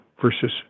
versus